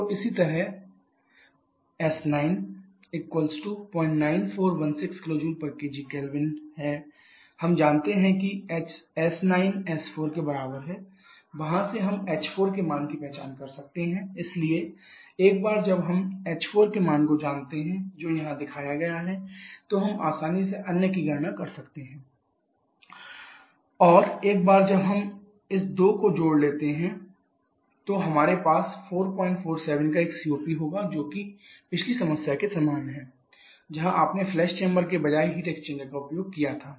तो इसी तरह s9 09416 kJkgK और हम जानते हैं कि s9 s4 वहां से हम h4के मान की पहचान कर सकते हैं इसलिए एक बार जब हम h4 के मान को जानते हैं जो यहाँ दिखाया गया है तो हम आसानी से अन्य गणना कर सकते हैं qE1 x6h1 h8 कुल संपीड़न कार्य WC1 x6h2 h1h4 h9 और एक बार जब हम इस दो को जोड़ लेते हैं तो हमारे पास 447 का एक सीओपी होगा जो कि पिछली समस्या के समान है जहां आपने फ्लैश चैंबर के बजाय हीट एक्सचेंजर का उपयोग किया था